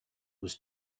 was